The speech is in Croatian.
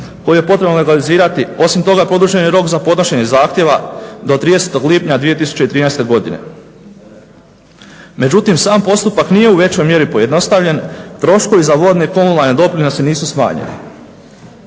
koju je potrebno legalizirati. Osim toga, produžen je rok za podnošenje zahtjeva do 30. lipnja 2013. godine. Međutim sam postupak nije u većoj mjeri pojednostavljen, troškovi za vodne i komunalne doprinose nisu smanjeni.